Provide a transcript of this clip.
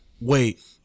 wait